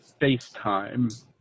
FaceTime